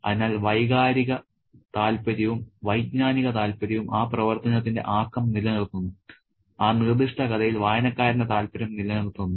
അതിനാൽ വൈകാരിക താൽപ്പര്യവും വൈജ്ഞാനിക താൽപ്പര്യവും ആ പ്രവർത്തനത്തിന്റെ ആക്കം നിലനിർത്തുന്നു ആ നിർദ്ദിഷ്ട കഥയിൽ വായനക്കാരന്റെ താൽപ്പര്യം നിലനിർത്തുന്നു